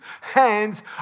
hands